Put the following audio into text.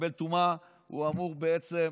שמקבל טומאה, הוא אמור בעצם,